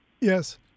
Yes